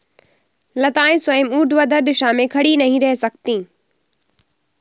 लताएं स्वयं ऊर्ध्वाधर दिशा में खड़ी नहीं रह सकती